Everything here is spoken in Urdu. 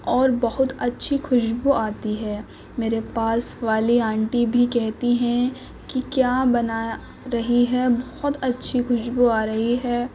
اور بہت اچھی خوشبو آتی ہے میرے پاس والی آنٹی بھی کہتی ہیں کہ کیا بنا رہی ہے بہت اچھی خوشبو آ رہی ہے